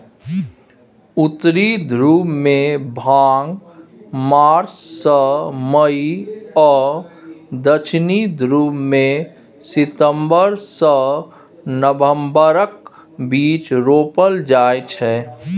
उत्तरी ध्रुबमे भांग मार्च सँ मई आ दक्षिणी ध्रुबमे सितंबर सँ नबंबरक बीच रोपल जाइ छै